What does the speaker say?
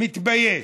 אני מתבייש.